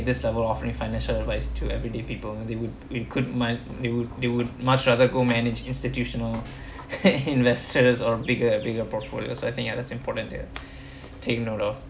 this level offering financial advice to everyday people they would we could might they would they would much rather go managed institutional investors or bigger bigger portfolios so I think ya that's important to take note of